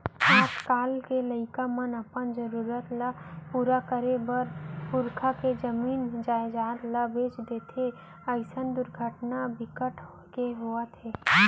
आजकाल के लइका मन अपन जरूरत ल पूरा करे बर पुरखा के जमीन जयजाद ल बेच देथे अइसन घटना बिकट के होवत हे